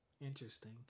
Interesting